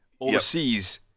overseas